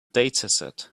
dataset